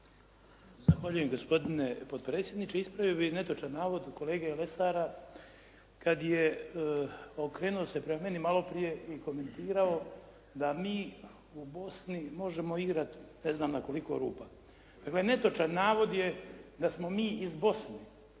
Zahvaljujem gospodine potpredsjedniče. Ispravio bih netočan navod kolege Lesara kad je okrenuo se prema meni malo prije i komentirao da mi u Bosni možemo igrat ne znam na koliko rupa. Dakle netočan navod je da smo mi iz Bosne,